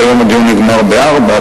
שהיום הדיון נגמר ב-16:00,